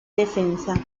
defensa